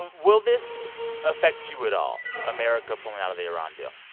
will this affect you at all america pulling out of the iran deal?